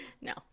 No